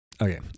okay